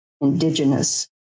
indigenous